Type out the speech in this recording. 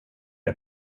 jag